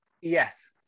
yes